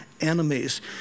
enemies